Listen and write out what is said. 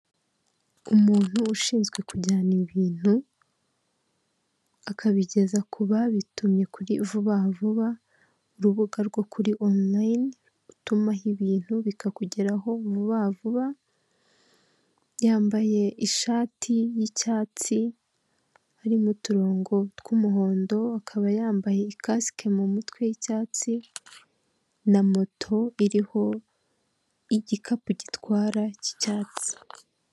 Perezida Paul Kagame w'u Rwanda ubwo yarari kwiyamamaza agahaguruka mu modoka agasuhuza abaturage bamushagaye, bose bafite utwapa duto twanditseho efuperi, ndetse hari abajepe bari kumurinda bareba hirya no hino bamucungira umutekano.